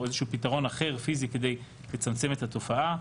איזשהו פתרון אחר פיזי כדי לצמצם את התופעה.